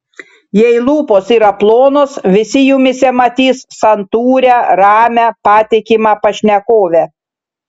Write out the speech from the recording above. jei lūpos yra plonos visi jumyse matys santūrią ramią patikimą pašnekovę